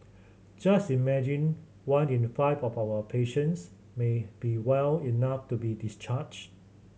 just imagine one in five of our patients may be well enough to be discharged